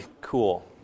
cool